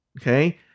okay